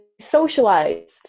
socialized